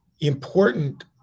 important